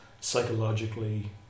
psychologically